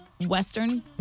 western